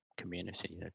community